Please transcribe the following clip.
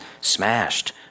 smashed